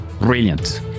brilliant